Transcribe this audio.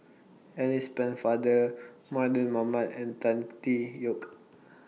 Alice Pennefather Mardan Mamat and Tan Tee Yoke